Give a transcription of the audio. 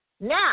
Now